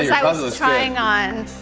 yeah was was trying on